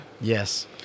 Yes